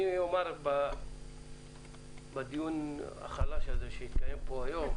אני אומר בדיון החלש הזה שהתקיים פה היום,